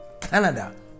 Canada